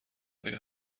آیا